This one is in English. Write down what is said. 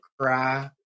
cry